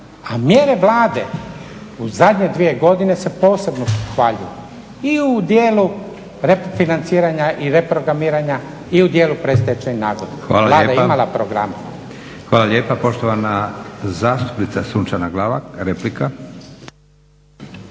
A mjere Vlade u zadnje dvije godine se posebno pohvaljuju i u dijelu refinanciranja i reprogramiranja i u dijelu predstečajnih nagodbi. Vlada je imala program. **Leko, Josip (SDP)** Hvala lijepa. Poštovana zastupnica Sunčana Glavak, replika.